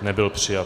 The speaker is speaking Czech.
Nebyl přijat.